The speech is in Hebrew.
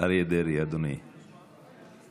אריה דרעי, אדוני.